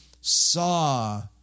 saw